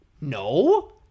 no